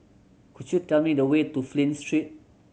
could you tell me the way to Flint Street